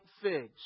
figs